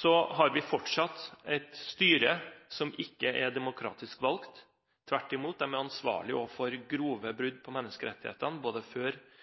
har vi fortsatt et styre som ikke er demokratisk valgt. De er tvert imot ansvarlige for grove brudd på menneskerettighetene, både før